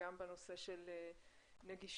גם בנושא של נגישות